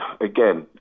again